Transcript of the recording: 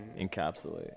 encapsulate